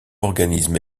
organismes